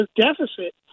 deficit